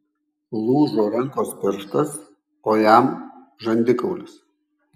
lūžo rankos pirštas o jam žandikaulis